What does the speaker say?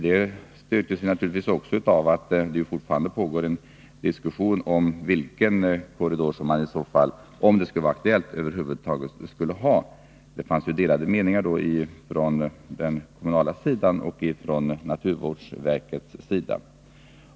Vår bedömning har också styrkts av att det fortfarande pågår en diskussion om vilken korridor man skulle ha om det var aktuellt. Det finns delade meningar om detta på den kommunala sidan och från naturvårdsverkets sida.